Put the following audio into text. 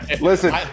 listen